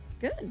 Good